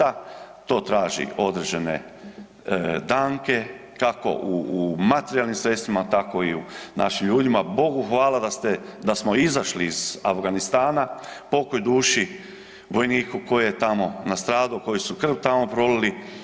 E, to košta, to traži određene danke, kako u materijalnim sredstvima, tako i u našim ljudima, Bogu hvala da ste, da smo izašli iz Afganistana, pokoj duši vojniku koji je tamo nastradao, koji su krv tamo prolili.